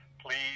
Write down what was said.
please